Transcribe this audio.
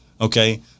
Okay